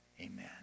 amen